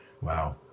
Wow